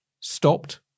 stopped